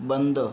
बंद